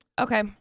Okay